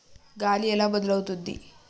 గాలి ఎలా మొదలవుతుంది?